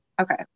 Okay